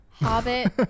hobbit